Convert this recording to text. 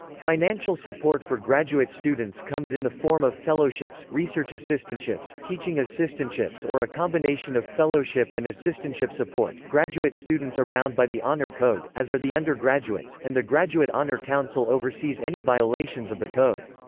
financial support for graduate students comes in the form of fellowships, research assistantships, teaching assistantships or a combination of fellowship and assistantship support graduate students are bound by the honor code, as are the undergraduates, and the graduate honor council oversees any violations of the code.